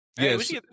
Yes